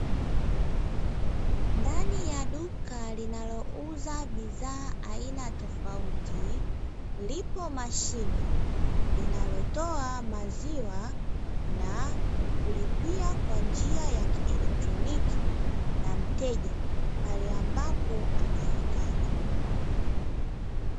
Ndani ya duka linalouza bidhaa aina tofauti, lipo mashine linalotoa maziwa na kulipia kwa njia ya kieletroniki na mteja pale ambapo atahitaji.